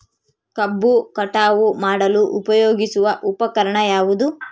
ಕಬ್ಬು ಕಟಾವು ಮಾಡಲು ಉಪಯೋಗಿಸುವ ಉಪಕರಣ ಯಾವುದು?